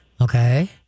Okay